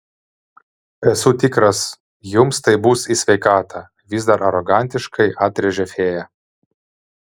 esu tikras jums tai bus į sveikatą vis dar arogantiškai atrėžė fėja